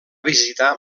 visitar